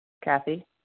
Kathy